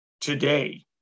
today